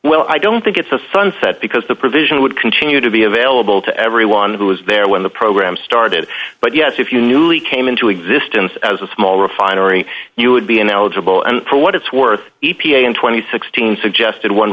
well i don't think it's a sunset because the provision would continue to be available to everyone who was there when the program started but yes if you knew we came into existence as a small refinery you would be ineligible and for what it's worth e p a in two thousand and sixteen suggested one